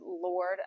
Lord